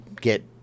get